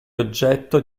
oggetto